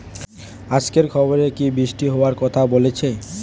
আজকের খবরে কি বৃষ্টি হওয়ায় কথা বলেছে?